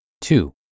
Two